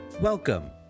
Welcome